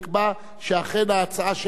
ישוכנע שההצעה שלהם דומה,